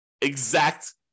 exact